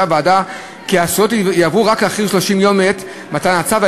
כמו כן דרשה הוועדה כי הזכויות יועברו רק אחרי 30 יום מעת מתן הצו,